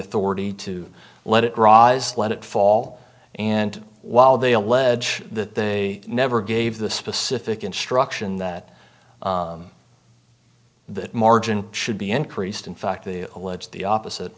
authority to let it rise let it fall and while they allege that they never gave the specific instruction that that margin should be increased in fact they allege the opposite